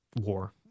war